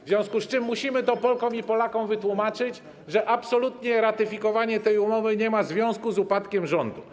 W związku z tym musimy Polkom i Polakom wytłumaczyć, że absolutnie ratyfikowanie tej umowy nie ma związku z upadkiem rządu.